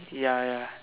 ya ya